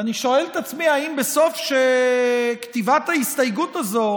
ואני שואל את עצמי אם בסוף כתיבת ההסתייגות הזו